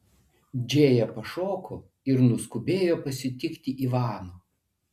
džėja pašoko ir nuskubėjo pasitikti ivano